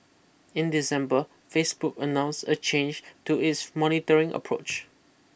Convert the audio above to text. in December Facebook announced a change to its monitoring approach